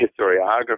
historiography